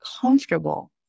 comfortable